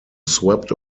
swept